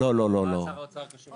מה שר האוצר קשור לזה?